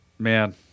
Man